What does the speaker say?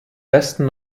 westen